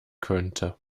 könnte